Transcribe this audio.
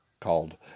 called